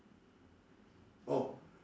oh